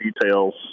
details